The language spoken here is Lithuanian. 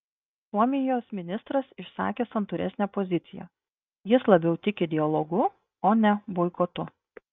suomijos ministras išsakė santūresnę poziciją jis labiau tiki dialogu o ne boikotu